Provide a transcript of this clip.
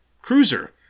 cruiser